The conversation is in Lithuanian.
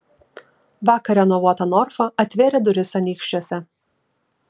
vakar renovuota norfa atvėrė duris anykščiuose